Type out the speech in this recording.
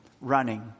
running